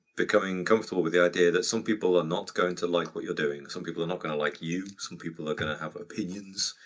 becoming comfortable with the idea that some people are not going to like what you're doing, some people are not gonna like you. some people are gonna have opinions.